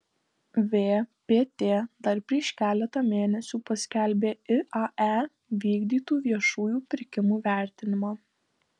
vpt dar prieš keletą mėnesių paskelbė iae vykdytų viešųjų pirkimų vertinimą